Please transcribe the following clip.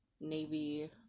navy